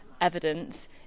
evidence